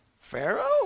Pharaoh